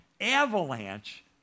avalanche